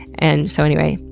and so anyway,